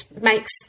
makes